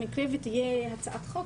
במקרה ותהיה הצעת חוק,